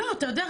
אתה יודע,